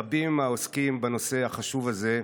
רבים העוסקים בנושא החשוב הזה.